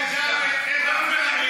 טוב.